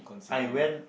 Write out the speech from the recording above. I went